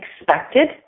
expected